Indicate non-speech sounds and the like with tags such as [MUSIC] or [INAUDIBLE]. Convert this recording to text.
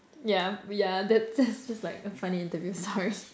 yeah we are the [LAUGHS] that's just like a funny interview story